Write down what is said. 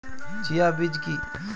Chia বীজ কী?